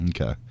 Okay